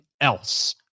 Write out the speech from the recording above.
else